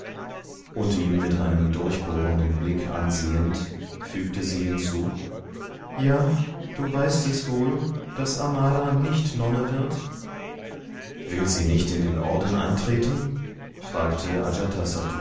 und ihn mit einem durchbohrenden blick ansehend fügte sie hinzu ja du weißt wohl daß amara nicht nonne wird will sie nicht in den orden eintreten fragte